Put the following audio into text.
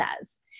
says